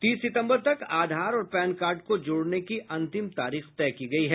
तीस सितम्बर तक आधार और पैन कार्ड को जोड़ने की अंतिम तारीख तय की गयी है